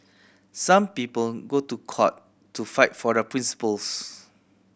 some people go to court to fight for their principles